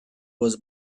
was